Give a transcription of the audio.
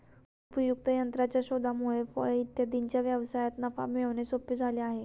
उपयुक्त यंत्राच्या शोधामुळे फळे इत्यादींच्या व्यवसायात नफा मिळवणे सोपे झाले आहे